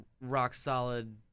rock-solid